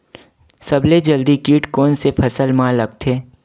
सबले जल्दी कीट कोन से फसल मा लगथे?